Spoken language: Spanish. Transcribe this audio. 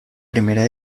primera